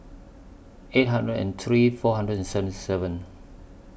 eight hundred and three four hundred and seventy seven